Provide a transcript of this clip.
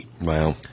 Wow